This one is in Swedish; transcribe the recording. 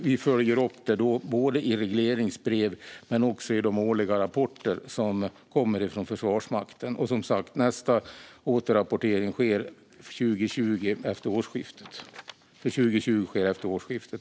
Vi följer upp det både i regleringsbrev och i de årliga rapporter som kommer från Försvarsmakten, och nästa återrapportering, för 2020, sker som sagt efter årsskiftet.